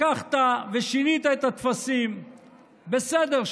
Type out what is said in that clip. לקחת ושינית את הטפסים, בסדר,